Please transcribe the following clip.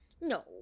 No